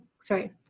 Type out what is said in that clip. sorry